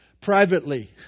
privately